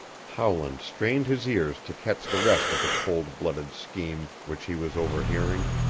howland strained his ears to catch the rest of the cold-blooded scheme which he was overhearing,